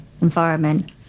environment